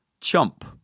chump